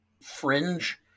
Fringe